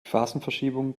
phasenverschiebung